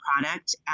product